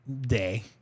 day